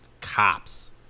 cops